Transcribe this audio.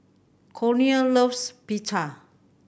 Cornel loves Pita